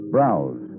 Browse